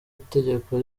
itegeko